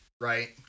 right